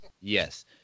yes